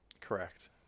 Correct